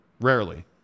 rarely